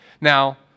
Now